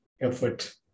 effort